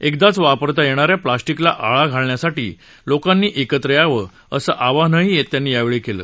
एकदाच वापरता येणाऱ्या प्लास्टिकला आळा घालण्यासाठी लोकांनी एकत्र यावं असं आवाहन त्यांनी यावेळी केलं